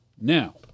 Now